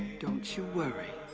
don't you worry.